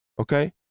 okay